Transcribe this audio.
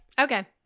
Okay